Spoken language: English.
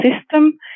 system